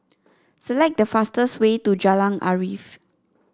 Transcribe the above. select the fastest way to Jalan Arif